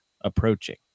approaching